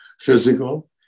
physical